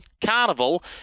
Carnival